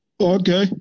Okay